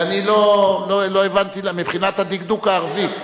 ואני לא הבנתי מבחינת הדקדוק הערבי.